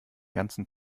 ganzen